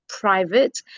private